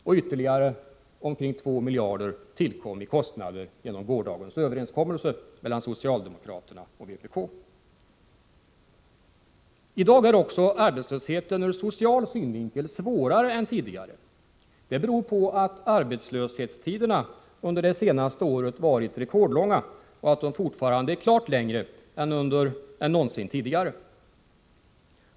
Och ytterligare omkring 2 miljarder tillkommer i kostnader genom gårdagens överenskommelse mellan socialdemokraterna och vpk. I dag är också arbetslösheten ur social synvinkel svårare än tidigare. Det beror på att arbetslöshetstiderna under det senaste året varit rekordlånga och att de fortfarande är klart längre än någonsin tidigare.